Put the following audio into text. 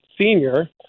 Senior